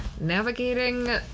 navigating